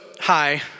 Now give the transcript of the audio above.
hi